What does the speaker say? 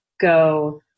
go